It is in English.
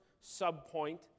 sub-point